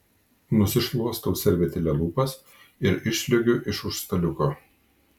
nusišluostau servetėle lūpas ir išsliuogiu iš už staliuko